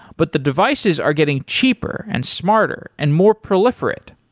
but the devices are getting cheaper and smarter and more proliferate.